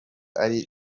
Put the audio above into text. ari